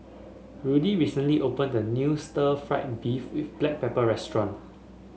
Rudy recently opened a new stir fry beef with Black Pepper restaurant